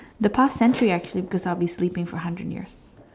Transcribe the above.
the past century actually because I would be sleeping for a hundred years